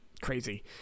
crazy